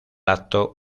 acto